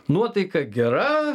nuotaika gera